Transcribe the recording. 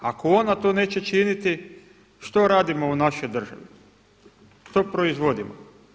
Ako ona to neće činiti što radimo u našoj državi, što proizvodimo?